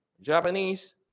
Japanese